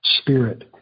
Spirit